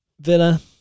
Villa